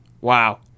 Wow